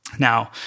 Now